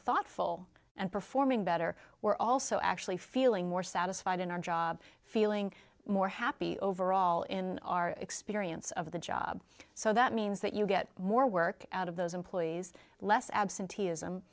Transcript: thoughtful and performing better we're also actually feeling more satisfied in our job feeling more happy overall in our experience of the job so that means that you get more work out of those employees less absenteeism